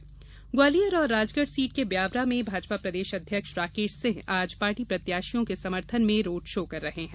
वहीं ग्वालियर और राजगढ़ सीट के ब्यावरा में भाजपा प्रदेश अध्यक्ष राकेश सिंह आज पार्टी प्रत्याशियों के समर्थन में रोड शो कर रहे हैं